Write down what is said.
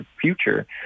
future